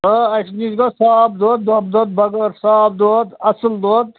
آ اَسہِ نِش گوٚو صاف دۄد ڈَبہٕ دۄد بَغٲر صاف دۄد اَصٕل دۄد